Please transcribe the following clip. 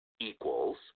equals